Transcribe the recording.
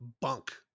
Bunk